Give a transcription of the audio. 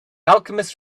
alchemist